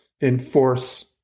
enforce